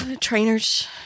Trainers